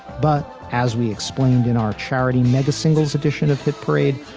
but as we explained in our charity mega singles edition of hit parade,